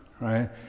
right